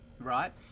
right